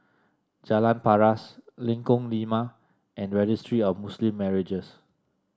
Jalan Paras Lengkong Lima and Registry of Muslim Marriages